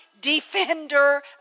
defender